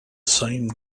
same